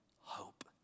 hope